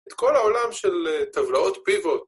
את כל העולם של טבלאות פיבוט.